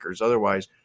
Otherwise